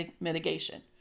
mitigation